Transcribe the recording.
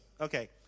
okay